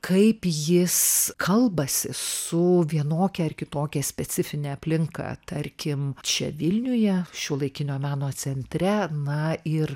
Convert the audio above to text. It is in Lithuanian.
kaip jis kalbasi su vienokia ar kitokia specifine aplinka tarkim čia vilniuje šiuolaikinio meno centre na ir